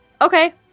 okay